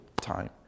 time